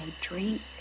drink